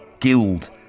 Guild